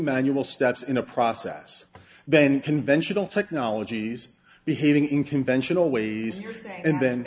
manual steps in a process then conventional technologies behaving in conventional ways and then